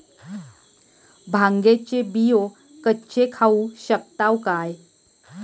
भांगे चे बियो कच्चे खाऊ शकताव काय?